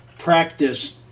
Practice